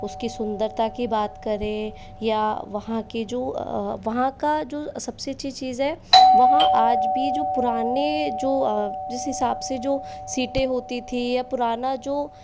उसकी सुंदरता की बात करें या वहाँ की जो वहाँ का जो सबसे अच्छी चीज़ है वहाँ आज भी जो पुराने जो जिस हिसाब से जो सीटें होती थी या पुराना जो